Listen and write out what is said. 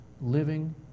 living